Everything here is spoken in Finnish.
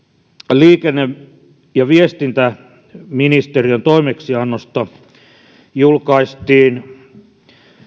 liikenne ja viestintäministeriön toimeksiannosta julkaistiin